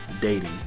dating